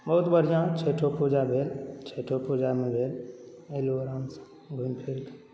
बहुत बढ़िआँ छइठो पूजा भेल छइठो पूजामे भेल अएलहुँ आरामसँ घुमि फिरिकऽ